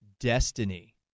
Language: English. destiny